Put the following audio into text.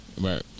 Right